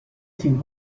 تیم